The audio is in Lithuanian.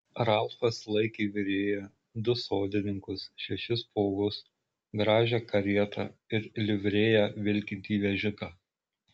ralfas laikė virėją du sodininkus šešis povus gražią karietą ir livrėja vilkintį vežiką